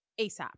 ASAP